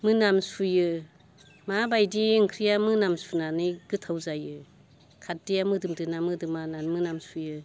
मोनामसुयो माबायदि ओंख्रिया मोनामसुनानै गोथाव जायो खारदैआ मोदोमदोंना मोदोमा होननानै मोनामसुयो